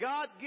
God